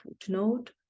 footnote